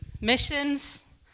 Missions